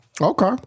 Okay